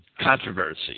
controversy